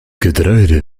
getreide